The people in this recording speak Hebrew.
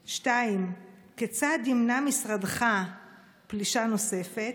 2. כיצד ימנע משרדך פלישה נוספת?